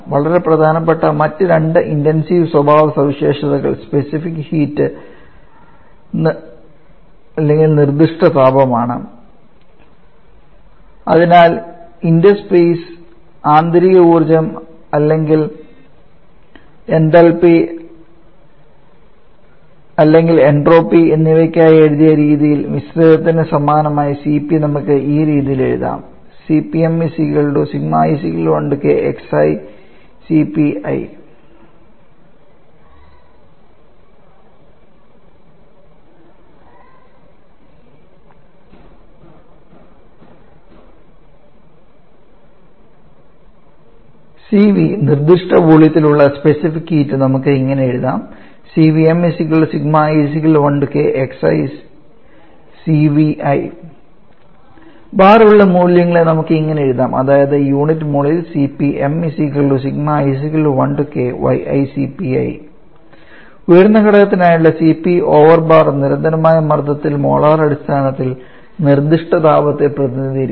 വളരെ പ്രധാനപ്പെട്ട മറ്റ് രണ്ട് ഇന്റെൻസീവ് സ്വഭാവസവിശേഷതകൾ സ്പെസിഫിക് ഹീറ്റ് നിർദ്ദിഷ്ട താപമാണ് അതിനാൽ ഇന്റർസ്പേസ് ആന്തരിക ഊർജ്ജം അല്ലെങ്കിൽ എന്തൽപി അല്ലെങ്കിൽ എൻട്രോപ്പി എന്നിവയ്ക്കായി എഴുതിയ രീതിയിൽ മിശ്രിതത്തിന് സമാനമായി Cp നമുക്ക് ഈ രീതിയിൽ എഴുതാം Cv നിർദിഷ്ട വോളിയത്തിൽ ഉള്ള സ്പെസിഫിക് ഹീറ്റ് നമുക്ക് ഇങ്ങനെ എഴുതാം ബാർ ഉള്ള മൂല്യങ്ങളെ നമുക്ക് ഇങ്ങനെ എഴുതാം അതായത് യൂണിറ്റ് മോളിൽ ഉയർന്ന ഘടകത്തിനായുള്ള Cp ഓവർ ബാർ നിരന്തരമായ മർദ്ദത്തിൽ മോളാർ അടിസ്ഥാനത്തിൽ നിർദ്ദിഷ്ട താപത്തെ പ്രതിനിധീകരിക്കുന്നു